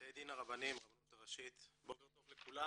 בתי הדין הרבניים, הרבנות הראשית, בוקר טוב לכולם.